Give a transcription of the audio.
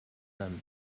them